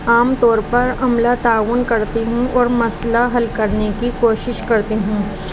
عام طور پر عملہ تعاون کرتی ہوں اور مسئلہ حل کرنے کی کوشش کرتی ہوں